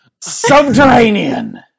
Subterranean